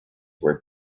were